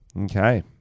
Okay